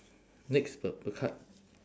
next purple card